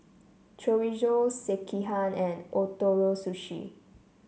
Chorizo Sekihan and Ootoro Sushi